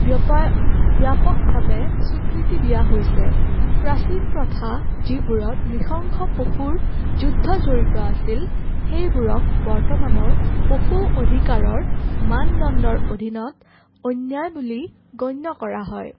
ব্যপয় ব্যাপকভাৱে স্বীকৃতি দিয়া হৈছে প্ৰাচীন প্ৰথা যিবোৰত নৃশংস পশুৰ যুদ্ধ জড়িত আছিল সেইবোৰক বৰ্তমানৰ পশু অধিকাৰৰ মানদণ্ডৰ অধীনত অন্যায় বুলি গণ্য কৰা হয়